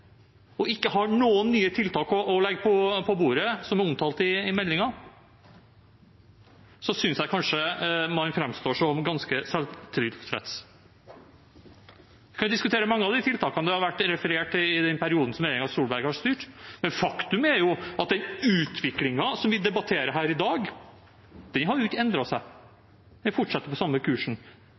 og ikke har noen nye tiltak å legge på bordet, som er omtalt i meldingen, synes jeg man framstår som ganske selvtilfreds. Vi kan diskutere mange av de tiltakene det har vært referert til i den perioden som regjeringen Solberg har styrt, men faktum er at den utviklingen vi debatterer her i dag, ikke har endret seg, den fortsetter på samme kursen.